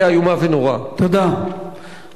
חבר הכנסת מסעוד גנאים, בבקשה.